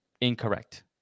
incorrect